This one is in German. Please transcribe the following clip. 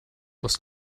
was